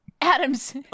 Adams